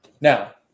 Now